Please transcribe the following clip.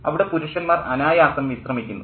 അവിടെ പുരുഷന്മാർ അനായാസം വിശ്രമിക്കുന്നു